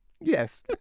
Yes